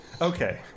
Okay